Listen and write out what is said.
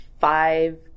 five